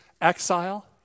exile